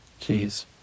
Jeez